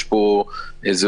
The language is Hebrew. יש פה זהות.